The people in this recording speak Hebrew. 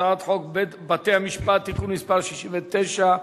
הצעת חוק בתי-המשפט (תיקון מס' 68),